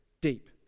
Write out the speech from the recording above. deep